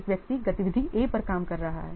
1 व्यक्ति गतिविधि A पर काम कर रहा है